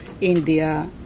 India